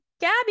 Gabby